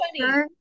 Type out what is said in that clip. funny